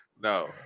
No